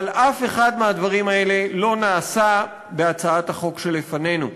אבל אף אחד מהדברים האלה לא נעשה בהצעת החוק שלפנינו.